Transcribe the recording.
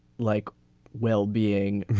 like well-being